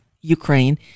Ukraine